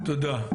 תודה,